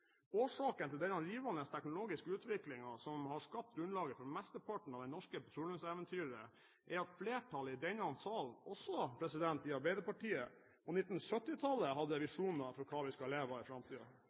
Årsaken til denne rivende teknologiske utviklingen som har skapt grunnlaget for mesteparten av det norske petroleumseventyret, er at flertallet i denne salen, også i Arbeiderpartiet, på 1970-tallet hadde